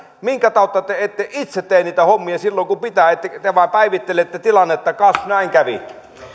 minkä tautta te ette itse tee niitä hommia silloin kun pitää te vain päivittelette tilannetta että kas näin kävi